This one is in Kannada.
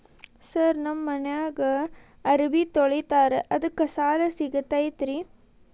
ಸರ್ ನಮ್ಮ ಮನ್ಯಾಗ ಅರಬಿ ತೊಳಿತಾರ ಅದಕ್ಕೆ ಸಾಲ ಸಿಗತೈತ ರಿ?